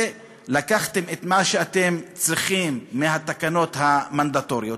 לקחתם את מה שאתם צריכים מהתקנות המנדטוריות,